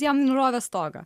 jam nurovė stogą